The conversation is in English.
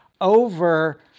over